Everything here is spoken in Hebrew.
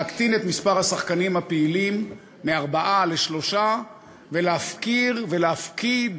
להקטין את מספר השחקנים הפעילים מארבעה לשלושה ולהפקיר ולהפקיד